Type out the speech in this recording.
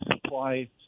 supply